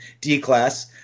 D-class